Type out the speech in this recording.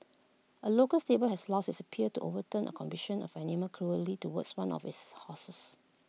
A local stable has lost its appeal to overturn A conviction of animal cruelly towards one of its horses